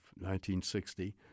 1960